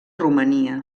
romania